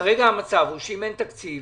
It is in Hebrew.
כרגע המצב הוא שאם אין תקציב